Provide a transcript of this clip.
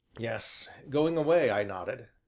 yes, going away, i nodded.